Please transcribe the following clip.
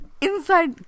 Inside